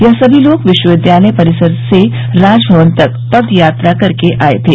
यह सभी लोग विश्वविद्यालय परिसर से राजभवन तक पद यात्रा करके आये थे